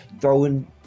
throwing